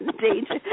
danger